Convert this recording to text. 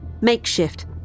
Makeshift